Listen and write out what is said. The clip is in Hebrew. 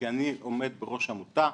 כי אני עומד בראש עמותה,